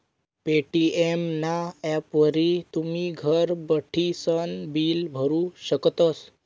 Paytm ना ॲपवरी तुमी घर बठीसन बिल भरू शकतस